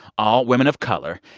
all women of color,